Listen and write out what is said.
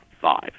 five